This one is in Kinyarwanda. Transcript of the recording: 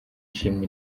ishimwe